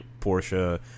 Porsche